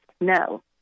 No